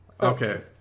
Okay